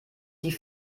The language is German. die